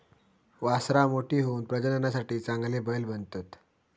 वासरां मोठी होऊन प्रजननासाठी चांगले बैल बनतत